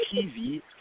TV